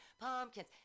pumpkins